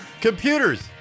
Computers